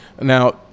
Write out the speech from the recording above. Now